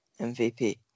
MVP